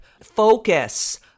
focus